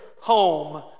home